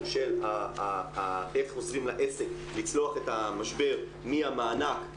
של איך חוזרים לעסק לצלוח את המשבר מהמענק להלוואות,